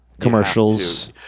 Commercials